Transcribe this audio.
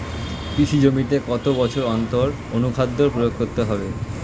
কৃষি জমিতে কত বছর অন্তর অনুখাদ্য প্রয়োগ করতে হবে?